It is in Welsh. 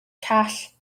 call